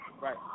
Right